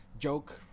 joke